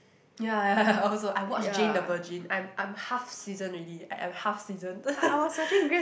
ya I also I watched Jane the Virgin I'm I'm half season already I'm half season